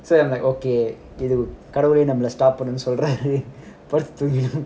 so I'm like okay இது கடவுளே நம்மள:idhu mathiri nammala start பண்ண சொல்றாரு:panna solraru